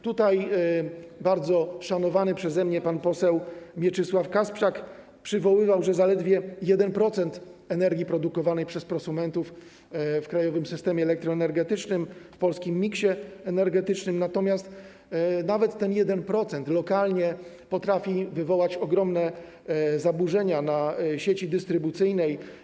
Tutaj bardzo szanowany przeze mnie pan poseł Mieczysław Kasprzak przywoływał, że chodzi o zaledwie 1% energii produkowanej przez prosumentów w Krajowym Systemie Elektroenergetycznym, w polskim miksie energetycznym, natomiast nawet ten 1% lokalnie potrafi wywołać ogromne zaburzenia w sieci dystrybucyjnej.